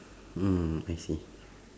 mm I see